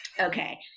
Okay